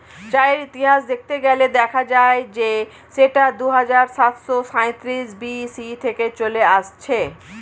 চায়ের ইতিহাস দেখতে গেলে দেখা যায় যে সেটা দুহাজার সাতশো সাঁইত্রিশ বি.সি থেকে চলে আসছে